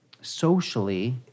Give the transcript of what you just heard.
socially